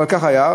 אבל ככה היה,